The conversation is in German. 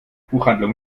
buchhandlung